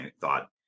thought